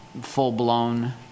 full-blown